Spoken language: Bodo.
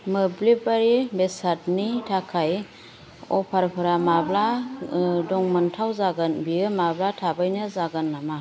मोब्लिबारि बेसादनि थाखाय अफारफोरा माब्ला दंमोनथाव जागोन बियो माब्लाबा थाबैनो जागोन नामा